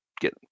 get